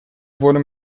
wurde